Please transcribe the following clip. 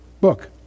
book